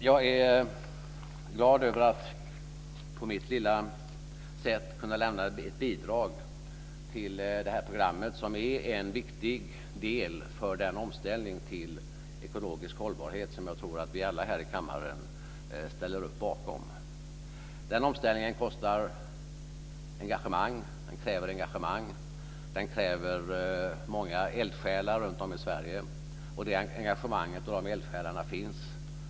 Jag är glad över att på mitt lilla sätt kunna lämna ett bidrag till detta program, som är en viktig del för den omställning till ekologisk hållbarhet som jag tror att vi alla här i kammaren ställer oss bakom. Den omställningen kräver engagemang och många eldsjälar runtom i Sverige, och det engagemanget och de eldsjälarna finns.